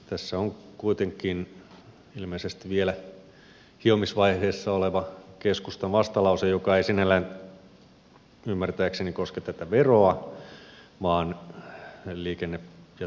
tässä on kuitenkin ilmeisesti vielä hiomisvaiheessa oleva keskustan vastalause joka ei sinällään ymmärtääkseni koske tätä veroa vaan liikenne ja taksipolitiikkaa vähän eri näkökulmasta